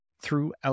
throughout